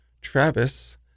Travis